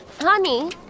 Honey